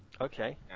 Okay